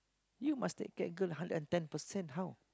you must take care girl hundred and ten percent how